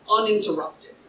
uninterrupted